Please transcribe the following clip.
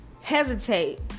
hesitate